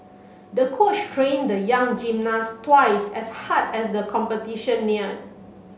the coach trained the young gymnast twice as hard as the competition neared